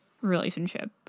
relationship